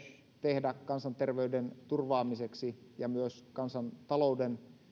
tehdä kansanterveyden turvaamiseksi ja myös kansantalouden